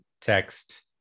text